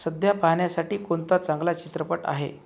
सध्या पाहण्यासाठी कोणता चांगला चित्रपट आहे